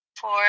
Four